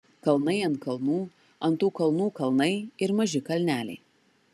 kalnai ant kalnų ant tų kalnų kalnai ir maži kalneliai